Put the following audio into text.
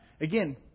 Again